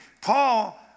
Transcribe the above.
Paul